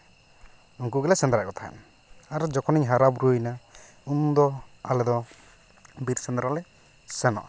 ᱩᱱᱠᱩ ᱜᱮᱞᱮ ᱥᱮᱸᱫᱽᱨᱟᱭᱮᱫ ᱠᱚ ᱛᱟᱦᱮᱸᱫ ᱟᱨᱚ ᱡᱚᱠᱷᱚᱱᱤᱧ ᱦᱟᱨᱟ ᱵᱩᱨᱩᱭᱮᱱᱟ ᱩᱱ ᱫᱚ ᱟᱞᱮ ᱫᱚ ᱵᱤᱨ ᱥᱮᱸᱫᱽᱨᱟ ᱞᱮ ᱥᱮᱱᱚᱜᱼᱟ